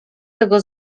tego